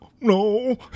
No